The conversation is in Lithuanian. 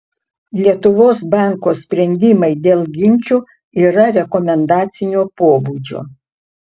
lietuvos banko sprendimai dėl ginčų yra rekomendacinio pobūdžio